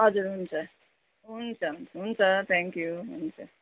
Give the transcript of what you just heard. हजुर हुन्छ हुन्छ हुन्छ थ्याङ्क यू हुन्छ